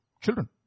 children